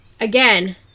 Again